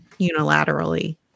unilaterally